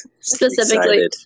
specifically